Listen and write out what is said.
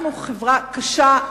אנחנו חברה קשה,